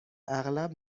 اغلب